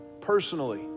personally